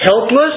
Helpless